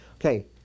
okay